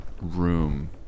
room